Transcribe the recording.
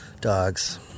Dogs